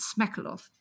Smekalov